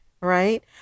Right